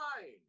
nine